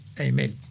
Amen